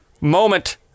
moment